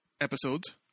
episodes